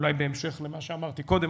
אולי בהמשך למה שאמרתי קודם,